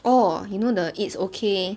oh you know the it's okay